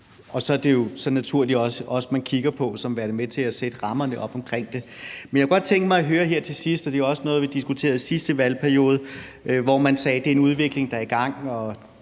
og så er det naturligt også os, man kigger på som værende med til at sætte rammerne op omkring det. Jeg kunne godt tænke mig at høre her til sidst, for det var jo også noget, vi diskuterede i sidste valgperiode, hvor man sagde, at det er en udvikling, der er i gang,